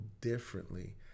differently